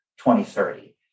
2030